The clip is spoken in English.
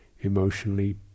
emotionally